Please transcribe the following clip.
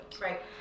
Right